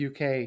UK